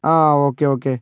ആ okay okay